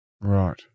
right